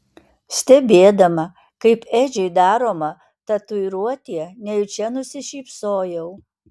stebėdama kaip edžiui daroma tatuiruotė nejučia nusišypsojau